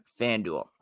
FanDuel